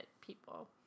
people